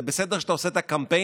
זה בסדר שאתה עושה את הקמפיינים,